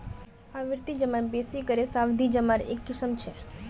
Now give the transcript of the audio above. आवर्ती जमा बेसि करे सावधि जमार एक किस्म छ